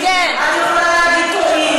את יכולה להגיד שקרנים.